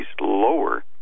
lower